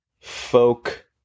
folk